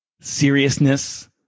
seriousness